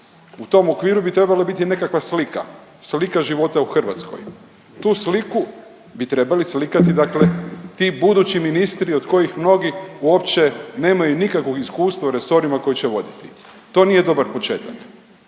u tom okviru bi trebala biti nekakva slika, slika života u Hrvatskoj. Tu sliku bi trebali slikati dakle ti budući ministri od kojih mnogi uopće nemaju nikakvog iskustva u resorima koje će voditi, to nije dobar početak.